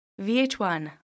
VH1